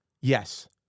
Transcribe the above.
Yes